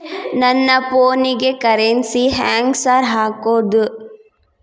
ನನ್ ಫೋನಿಗೆ ಕರೆನ್ಸಿ ಹೆಂಗ್ ಸಾರ್ ಹಾಕೋದ್?